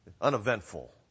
uneventful